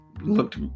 looked